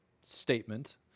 statement